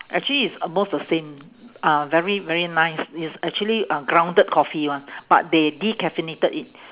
actually it's almost the same uh very very nice it's actually uh grounded coffee one but they decaffeinated it